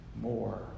more